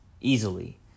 easily